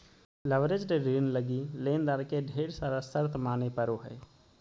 leveraged ऋण लगी लेनदार के ढेर सारा शर्त माने पड़ो हय